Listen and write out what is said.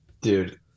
dude